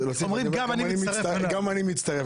גם אני מצטרף.